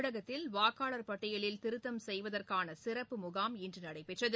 தமிழகத்தில் வாக்காளர் பட்டியலில் திருத்தம் செய்வதற்கான சிறப்பு முகாம் இன்று நடைபெற்றது